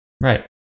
Right